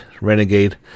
Renegade